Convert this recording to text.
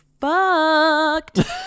fucked